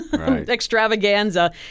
extravaganza